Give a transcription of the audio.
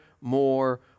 more